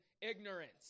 ignorance